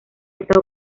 esta